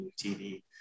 TV